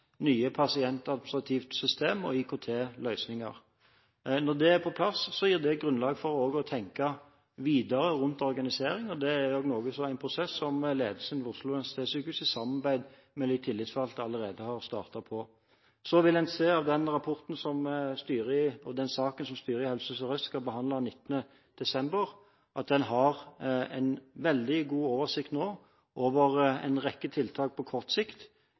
nye pasientadministrative system og IKT-løsninger. Når det er på plass, gir det grunnlag for å tenke videre rundt organisering. Det er også en prosess som ledelsen ved Oslo universitetssykehus i samarbeid med de tillitsvalgte allerede har startet på. En vil se av den rapporten og den saken som styret i Helse Sør-Øst skal behandle 19. desember, at en nå har veldig god oversikt over en rekke tiltak på kort sikt,